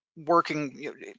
working